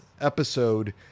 episode